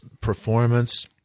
performance